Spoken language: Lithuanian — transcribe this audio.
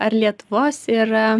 ar lietuvos ir